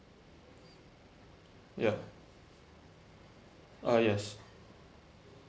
ya uh yes